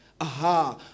Aha